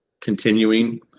continuing